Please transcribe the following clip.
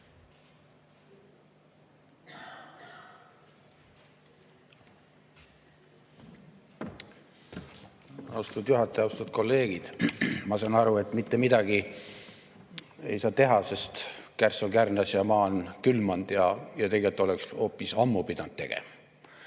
Austatud juhataja! Austatud kolleegid! Ma saan aru, et mitte midagi ei saa teha, sest kärss on kärnas ja maa on külmand ja tegelikult oleks hoopis ammu pidanud tegema.